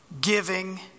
giving